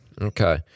Okay